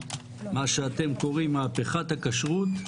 מה שאתם קוראים מהפכת הכשרות.